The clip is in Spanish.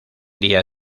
día